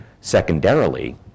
Secondarily